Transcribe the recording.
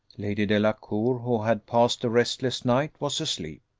lady delacour, who had passed a restless night, was asleep.